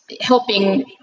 helping